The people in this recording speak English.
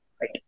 right